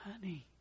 honey